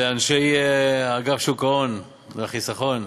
לאנשי אגף שוק ההון והחיסכון: